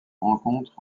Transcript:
rencontre